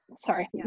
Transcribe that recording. Sorry